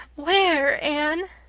where, anne?